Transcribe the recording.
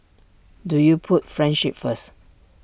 do you put friendship first